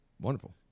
Wonderful